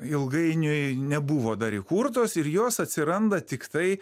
ilgainiui nebuvo dar įkurtos ir jos atsiranda tiktai